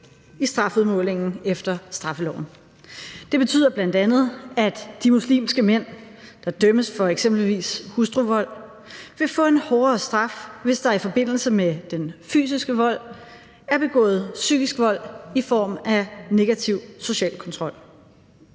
i strafudmålingen efter straffeloven. Det betyder bl.a., at de muslimske mænd, der dømmes for eksempelvis hustruvold, vil få en hårdere straf, hvis der i forbindelse med den fysiske vold er begået psykisk vold i form af negativ social kontrol.